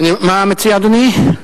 מה מציע אדוני?